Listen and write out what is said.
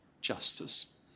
justice